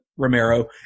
romero